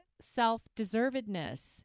self-deservedness